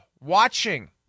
watching